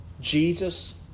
Jesus